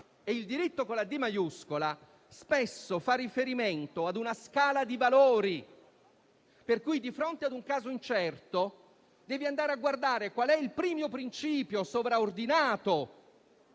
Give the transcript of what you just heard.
il diritto con la «d» maiuscola. Quel diritto spesso fa riferimento a una scala di valori, per cui di fronte a un caso incerto si deve andare a guardare il primo principio sovraordinato